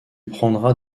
prendra